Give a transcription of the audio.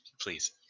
Please